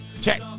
Check